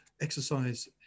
exercise